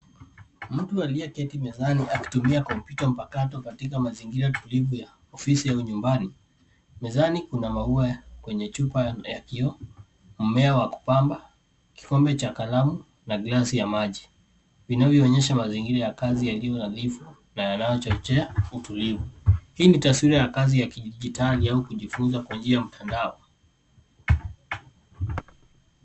Mtu aliyeketi mezani akitumia kompyuta mpakato katika mazingira tulivu ya ofisi au nyumbani. Mezani kuna maua kwenye chupa ya kioo, mmea wa kupamba, kikombe cha kalamu na glasi ya maji vinavyoonyesha mazingira ya kazi yaliyo nadhifu na yanayochochea utulivu. Hii ni taswira ya kazi ya kidijitali au kujifunza kwa njia ya mtandao.